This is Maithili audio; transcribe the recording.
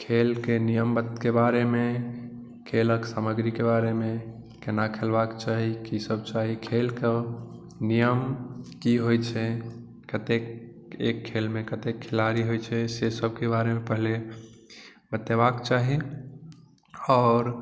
खेलक नियमके बारेमे खेलक सामग्रीके बारेमे केना खेलबाके चाही की सब चाही खेलक नियम की होइत छै कतेक एक खेलमे कतेक खिलाड़ी होइत छै से सबके बारेमे पहिले बतेबाके चाही आओर